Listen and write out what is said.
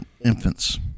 infants